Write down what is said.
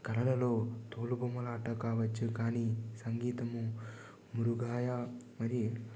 కళలలో తోలుబొమ్మలాట కావచ్చు కానీ సంగీతము మృగాయ అని